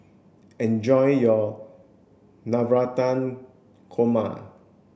enjoy your Navratan Korma